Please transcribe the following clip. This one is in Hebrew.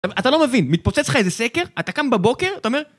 אתה לא מבין, מתפוצץ לך איזה סקר, אתה קם בבוקר, אתה אומר...